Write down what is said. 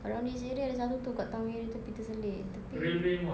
around this area ada satu itu dekat town area tapi terselit tapi